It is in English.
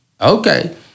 okay